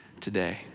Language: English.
today